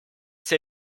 see